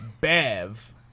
Bev